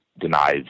denies